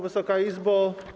Wysoka Izbo!